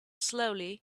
slowly